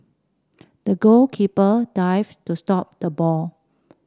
the goalkeeper dived to stop the ball